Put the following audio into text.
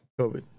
covid